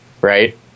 Right